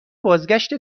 بازگشت